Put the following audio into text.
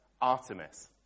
Artemis